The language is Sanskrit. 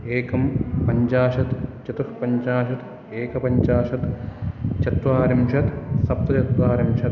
एकं पञ्चाशत् चतुःपञ्चाशत् एकपञ्चाशत् चत्वारिंशत् सप्तचत्वारिंशत्